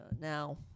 now